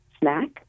snack